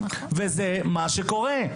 וזה מה שקורה.